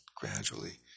gradually